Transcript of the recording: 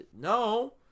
no